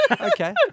Okay